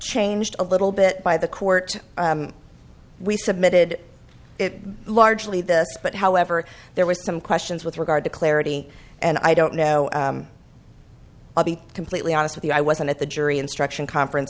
changed a little bit by the court we submitted it largely this but however there were some questions with regard to clarity and i don't know i'll be completely honest with you i wasn't at the jury instruction conference